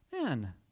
man